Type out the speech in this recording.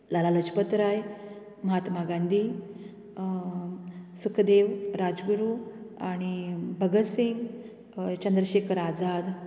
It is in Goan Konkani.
लाला लाजपत्राय महात्मा गांधी सुखदेव राजगुरू आनी भगत सिंग चंद्रशेखर आजाद